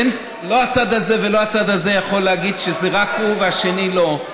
לא הצד הזה ולא הצד הזה יכול להגיד שזה רק הוא והשני לא.